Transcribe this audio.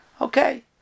okay